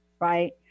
right